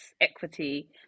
equity